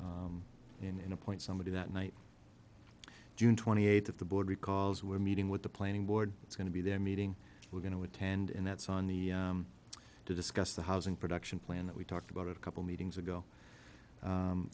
and appoint somebody that night june twenty eighth of the board recalls we're meeting with the planning board it's going to be their meeting we're going to attend and that's on the to discuss the housing production plan that we talked about a couple meetings ago